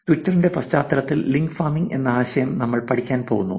ട്വിറ്ററിന്റെ പശ്ചാത്തലത്തിൽ link farming എന്ന ആശയം നമ്മൾ പഠിക്കാൻ പോകുന്നു